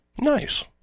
Nice